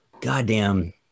Goddamn